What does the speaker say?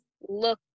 look